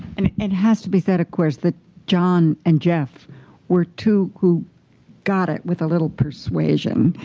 and it has to be said, of course, that john and jeff were two who got it with a little persuasion,